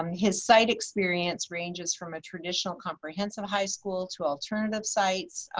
um his site experience ranges from a traditional comprehensive high school to alternative sites,